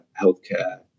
healthcare